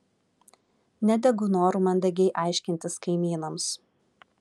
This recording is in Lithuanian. nedegu noru mandagiai aiškintis kaimynams